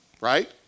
Right